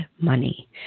money